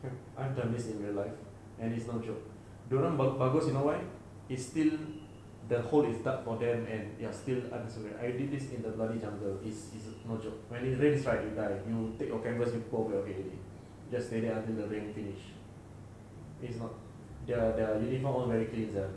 I have done this in real life and it's no joke dia orang ba~ bagus you know why cause you know why is still the hole is dark for them and there are still I did this in the bloody jungle it's it's no joke when it rains right you die you take your canvas you put over your head just stay there until the rain finish it's not their their uniform all very clean sia